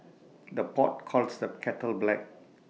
the pot calls the kettle black